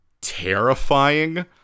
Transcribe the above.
terrifying